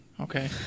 Okay